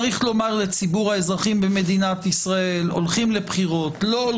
צריך לומר לציבור האזרחים במדינת ישראל: הולכים